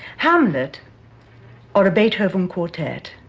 hamlet or a beethoven quartet